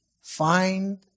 Find